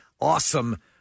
awesome –